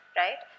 right